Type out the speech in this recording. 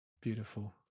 Beautiful